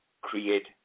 create